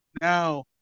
now